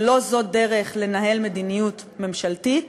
ולא זו דרך לנהל מדיניות ממשלתית.